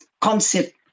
concept